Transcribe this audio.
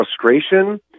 frustration